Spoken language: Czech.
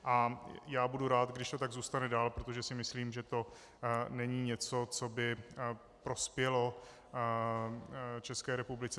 A já budu rád, když to tak zůstane dále, protože si myslím, že to není něco, co by prospělo České republice.